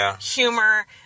humor